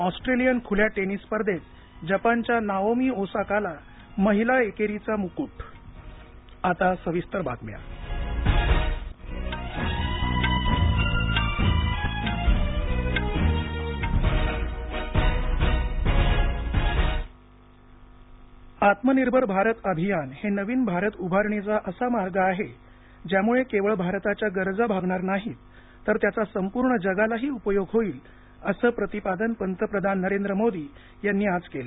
Australian खुल्या tennis स्पर्धेत जपानच्या नाओमी ओसाकाला महिला एकेरीचा मुकुट पंतप्रधान आत्मनिर्भर भारत अभियान हे नवीन भारत उभारणीचा असा मार्ग आहे ज्यामुळे केवळ भारताच्या गरजा भागणार नाहीत तर त्याचा संपूर्ण जगालाही उपयोग होईल असं प्रतिपादन पंतप्रधान नरेंद्र मोदी यांनी आज केलं